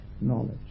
knowledge